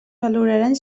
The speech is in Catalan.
valoraran